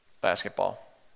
Basketball